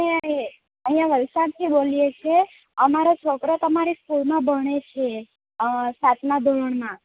અમે અહિયાં વલસાડથી બોલીએ છીએ અમારો છોકરો તમારી સ્કૂલમાં ભણે છે સાતમા ધોરણમાં